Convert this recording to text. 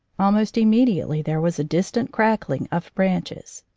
almost immediately there was a distant crackling of branches.